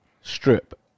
Strip